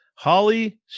Holly